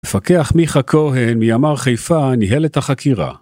המפקח מיכה כהן מ-ימ"ר חיפה, ניהל את החקירה.